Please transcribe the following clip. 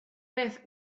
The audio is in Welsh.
beth